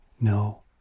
No